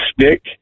stick